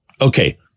Okay